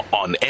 on